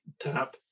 tap